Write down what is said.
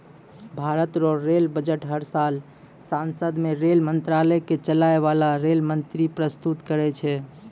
भारत रो rail budget हर साल सांसद मे रेल मंत्रालय के चलाय बाला रेल मंत्री परस्तुत करै छै